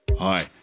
Hi